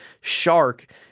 shark